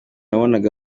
wabonaga